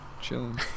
chilling